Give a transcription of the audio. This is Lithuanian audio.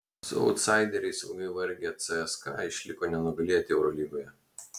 su autsaideriais ilgai vargę cska išliko nenugalėti eurolygoje